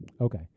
Okay